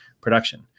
production